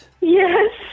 Yes